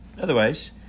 Otherwise